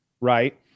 Right